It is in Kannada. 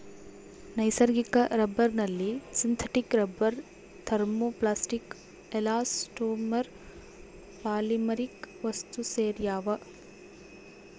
ನೈಸರ್ಗಿಕ ರಬ್ಬರ್ನಲ್ಲಿ synthetic rubber thermoplastic elastomer polymeric ವಸ್ತುಸೇರ್ಯಾವ